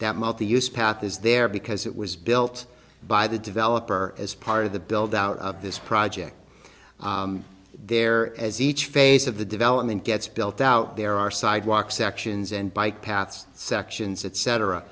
that multi use path is there because it was built by the developer as part of the build out of this project there as each phase of the development gets built out there are sidewalks sections and bike paths sections etc ther